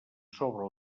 sobre